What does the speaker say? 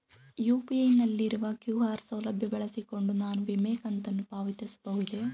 UPI ನಲ್ಲಿರುವ QR ಸೌಲಭ್ಯ ಬಳಸಿಕೊಂಡು ನಾನು ವಿಮೆ ಕಂತನ್ನು ಪಾವತಿಸಬಹುದೇ?